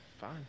Fine